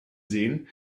sehen